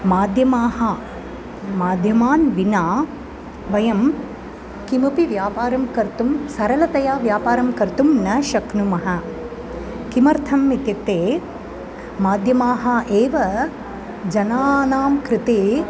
माध्यमाः माध्यमान् विना वयं किमपि व्यापारं कर्तुं सरलतया व्यापारं कर्तुं न शक्नुमः किमर्थम् इत्युक्ते माध्यमाः एव जनानां कृते